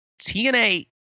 TNA